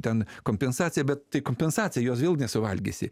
ten kompensaciją bet tai kompensacija jos vėl nesuvalgysi